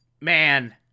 Man